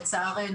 לצערנו.